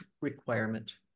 requirement